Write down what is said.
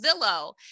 Zillow